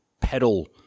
pedal